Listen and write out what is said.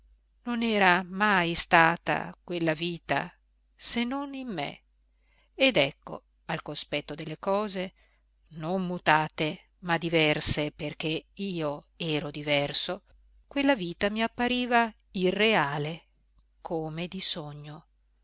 non era mai stata quella vita se non in me ed ecco al cospetto delle cose non mutate ma diverse perché io ero diverso quella vita mi appariva irreale come di sogno